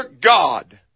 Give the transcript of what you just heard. God